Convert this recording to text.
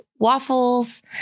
waffles